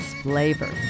flavor